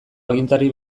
agintari